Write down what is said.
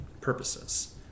purposes